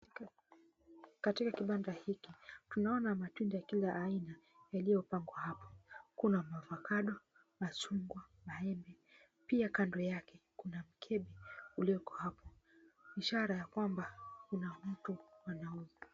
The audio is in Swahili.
Katika kibanda hiki tunaona matunda kila aina yaliyopangwa hapo, kuna maovacado , machungwa, maembe pia kando yake kuna mkebe uliowekwa hapo ishara ya kwamba kuna mtu anauza.